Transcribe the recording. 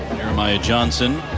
jeremiah johnson